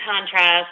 contrast